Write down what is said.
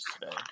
today